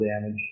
damage